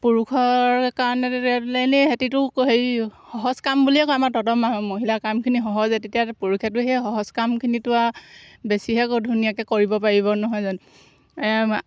পুৰুষৰ কাৰণে হেতিটো হেৰি সহজ কাম বুলিয়ে কয় আমাৰ তহঁতৰ মাহ মহিলাৰ কামখিনি সহজে তেতিয়া পুৰুষেতো সেই সহজ কামখিনিতো আৰু বেছিহে ধুনীয়াকৈ কৰিব পাৰিব নহয় জানো